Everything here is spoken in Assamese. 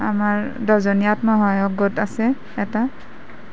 আমাৰ দহজনীয়া আত্মসহায়ক গোট আছে এটা